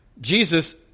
Jesus